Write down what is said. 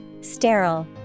Sterile